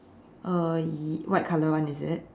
uh y~ white color one is it